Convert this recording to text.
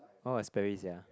all is Sperrys ya